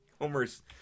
Homer's